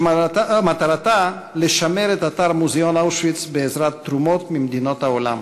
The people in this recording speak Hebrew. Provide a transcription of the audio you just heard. שמטרתה לשמר את אתר מוזיאון אושוויץ בעזרת תרומות ממדינות העולם.